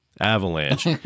Avalanche